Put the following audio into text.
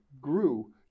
grew